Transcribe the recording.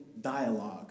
dialogue